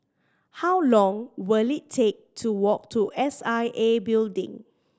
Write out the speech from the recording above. how long will it take to walk to S I A Building